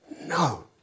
no